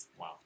Wow